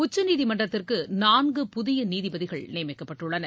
உச்சநீதிமன்றத்திற்கு நான்கு புதிய நீதிபதிகள் நியமிக்கப்பட்டுள்ளனர்